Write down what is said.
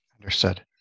Understood